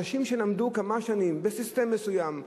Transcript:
אנשים שלמדו כמה שנים בסיסטם מסוים,